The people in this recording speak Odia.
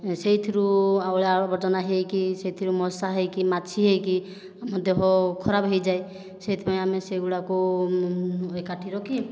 ସେଥିରୁ ଅଳିଆ ଆବର୍ଜନା ହୋଇକି ସେଥିରୁ ମଶା ହୋଇକି ମାଛି ହୋଇକି ଆମ ଦେହ ଖରାପ ହୋଇଯାଏ ସେଥିପାଇଁ ଆମେ ସେଗୁଡ଼ିକୁ ଏକାଠି ରଖି